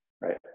Right